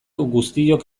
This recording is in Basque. guztiok